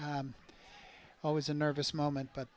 always a nervous moment but